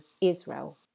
Israel